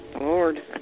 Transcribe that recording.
Lord